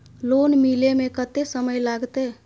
Loan मिले में कत्ते समय लागते?